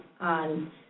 on